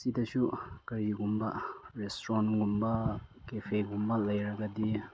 ꯁꯤꯗꯁꯨ ꯀꯔꯤꯒꯨꯝꯕ ꯔꯦꯁꯇꯨꯔꯦꯟꯒꯨꯝꯕ ꯀꯦꯐꯦꯒꯨꯝꯕ ꯂꯩꯔꯒꯗꯤ